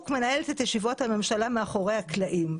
מנהלת את ישיבות הממשלה מאחורי הקלעים.